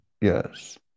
yes